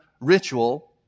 ritual